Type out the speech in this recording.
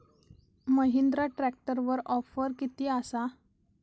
महिंद्रा ट्रॅकटरवर ऑफर किती आसा?